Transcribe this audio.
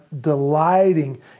delighting